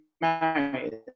married